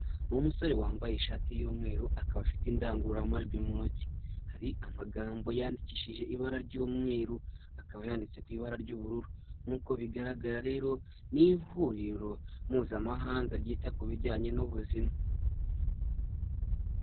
Ni umusore wambaye ishati y'umweru, akaba afite indangururamajwi mu ntoki, hari amagambo yandikishije ibara ry'umweru, akaba yanditse ku ibara ry'ubururu nk'uko bigaragara rero, ni huriro mpuzamahanga ryita ku bijyanye n'ubuzima.